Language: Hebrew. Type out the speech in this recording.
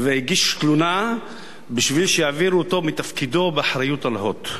והגיש תלונה בשביל שיעבירו אותו מתפקידו באחריות ל"הוט".